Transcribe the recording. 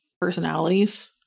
personalities